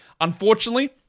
Unfortunately